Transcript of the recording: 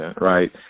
right